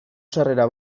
sarrera